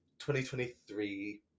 2023